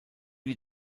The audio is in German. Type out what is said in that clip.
die